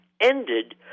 ended